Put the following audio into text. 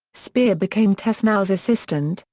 speer became tessenow's assistant,